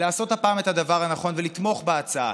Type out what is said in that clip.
לעשות הפעם את הדבר הנכון ולתמוך בהצעה.